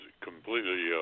Completely